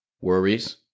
worries